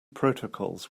protocols